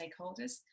stakeholders